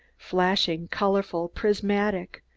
flashing, colorful, prismatic,